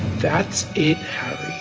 that's it,